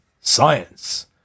science